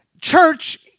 church